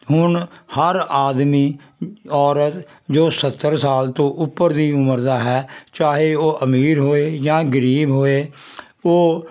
ਹੁਣ ਹਰ ਆਦਮੀ ਔਰਤ ਜੋ ਸੱਤਰ ਸਾਲ ਤੋਂ ਉੱਪਰ ਦੀ ਉਮਰ ਦਾ ਹੈ ਚਾਹੇ ਉਹ ਅਮੀਰ ਹੋਵੇ ਜਾਂ ਗਰੀਬ ਹੋਵੇ ਉਹ